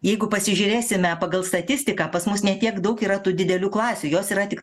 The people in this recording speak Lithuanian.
jeigu pasižiūrėsime pagal statistiką pas mus ne tiek daug yra tų didelių klasių jos yra tik